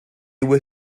were